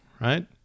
Right